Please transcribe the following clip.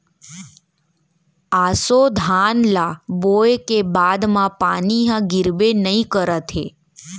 ऑसो धान ल बोए के बाद म पानी ह गिरबे नइ करत हे